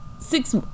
six